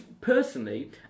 personally